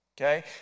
Okay